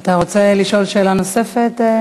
אתה רוצה לשאול שאלה נוספת?